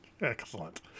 Excellent